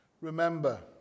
Remember